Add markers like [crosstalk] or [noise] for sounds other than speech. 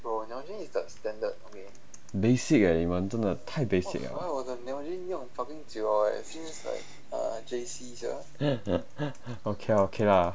basic eh 你们真的太 basic liao [laughs] okay lah okay lah